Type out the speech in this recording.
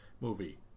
movie